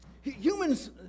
Humans